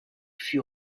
fut